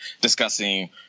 discussing